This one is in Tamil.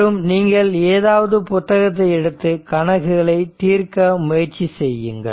மற்றும் நீங்கள் ஏதாவது புத்தகத்தை எடுத்து கணக்குகளை தீர்க்க முயற்சி செய்யுங்கள்